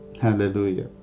Hallelujah